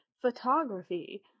Photography